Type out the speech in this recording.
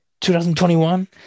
2021